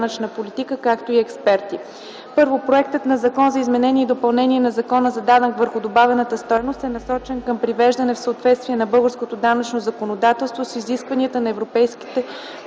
стойност е насочен към привеждане в съответствие на българското данъчно законодателство с изискванията на европейските